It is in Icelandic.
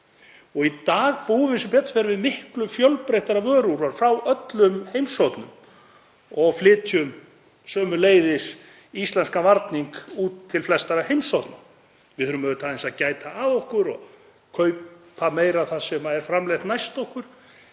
Í dag búum við sem betur fer við miklu fjölbreyttara vöruúrval frá öllum heimshornum og flytjum sömuleiðis íslenskan varning út til flestra heimshorna. Við þurfum aðeins að gæta að okkur og kaupa meira það sem er framleitt næst okkur